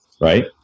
Right